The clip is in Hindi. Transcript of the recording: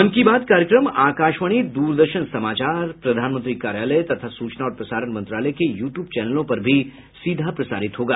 मन की बात कार्यक्रम आकाशवाणी द्रदर्शन समाचार प्रधानमंत्री कार्यालय तथा सूचना और प्रसारण मंत्रालय के यूट्यूब चैनलों पर भी सीधा प्रसारित होगा